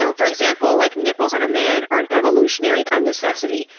and for example, like nipples on a man are an evolutionary unnecessity.